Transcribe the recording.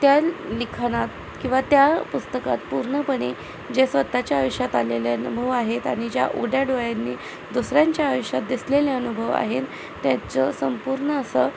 त्या लिखाणात किंवा त्या पुस्तकात पूर्णपणे जे स्वतःच्या आयुष्यात आलेले अनुभव आहेत आणि ज्या उघड्या डोळ्यांनी दुसऱ्यांच्या आयुष्यात दिसलेले अनुभव आहेत त्याचं संपूर्ण असं